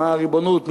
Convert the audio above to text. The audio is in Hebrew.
מה הריבונות,